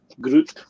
group